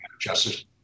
justice